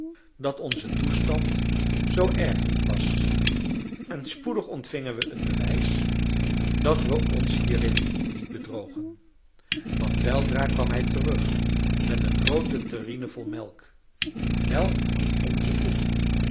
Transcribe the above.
dat onze toestand zoo erg niet was en spoedig ontvingen we het bewijs dat we ons hierin niet bedrogen want weldra kwam hij terug met eene groote terrine vol melk melk van onze koe